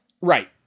Right